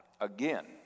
again